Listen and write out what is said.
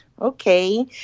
okay